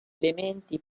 elementi